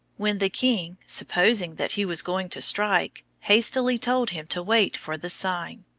when the king, supposing that he was going to strike, hastily told him to wait for the sign.